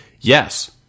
yes